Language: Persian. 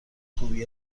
خوبی